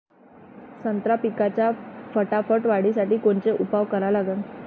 संत्रा पिकाच्या फटाफट वाढीसाठी कोनचे उपाव करा लागन?